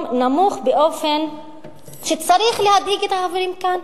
נמוך באופן שצריך להדאיג את החברים כאן